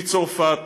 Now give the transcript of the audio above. מצרפת,